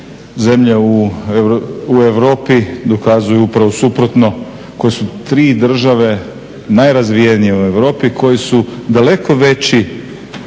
zemlje u Europi dokazuju upravo suprotno, koje su tri države najrazvijenije u Europi, koje su daleko veći